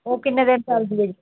ਉਹ ਕਿੰਨੇ ਦਿਨ ਚਲਦੀ ਹੈ ਜੀ